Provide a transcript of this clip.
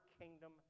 kingdom